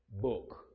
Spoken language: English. book